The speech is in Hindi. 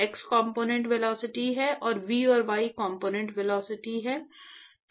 यह x कॉम्पोनेन्ट वेलोसिटी है और v y कॉम्पोनेन्ट वेलोसिटी है